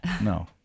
No